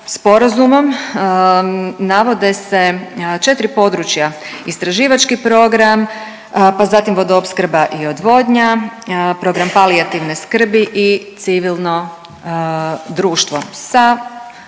sporazumom navode se četri područja, istraživački program, pa zatim vodoopskrba i odvodnja, program palijativne skrbi i civilno društvo sa